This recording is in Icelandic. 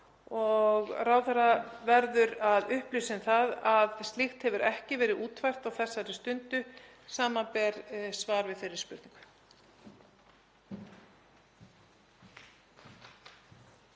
Ráðherra verður að upplýsa um það að slíkt hefur ekki verið útfært á þessari stundu, samanber svar við fyrri spurningum.